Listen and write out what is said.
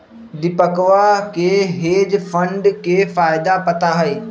दीपकवा के hedge fund के फायदा पता हई